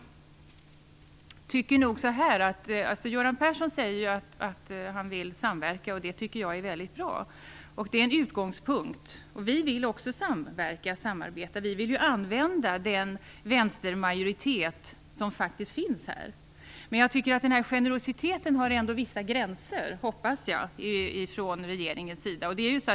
Göran Persson säger att han vill samverka. Det tycker jag är väldigt bra. Det är en utgångspunkt. Vi vill också samverka och samarbeta. Vi vill ju använda den vänstermajoritet som faktiskt finns. Men jag hoppas ändå att generositeten har vissa gränser från regeringens sida.